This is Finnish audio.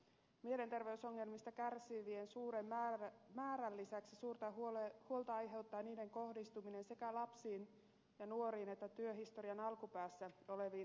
mielenterveysongelmista kärsivien suuren määrän lisäksi suurta huolta aiheuttaa niiden kohdistuminen sekä lapsiin ja nuoriin että työhistorian alkupäässä oleviin henkilöihin